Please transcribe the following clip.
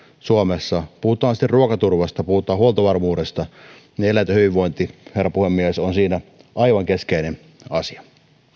suomessa puhutaan sitten ruokaturvasta tai puhutaan huoltovarmuudesta niin eläinten hyvinvointi herra puhemies on siinä aivan keskeinen asia